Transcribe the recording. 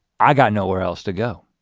i got nowhere else to go.